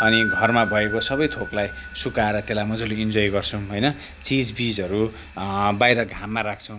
अनि घरमा भएको सबै थोकलाई सुकाएर त्यल्लाई मज्जाले इन्जोय गर्छौँ होइन चिजबिचहरू बाहिर घाममा राख्छौँ